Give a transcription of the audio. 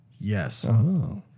Yes